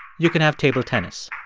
you can have table tennis.